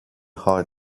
heart